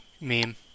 meme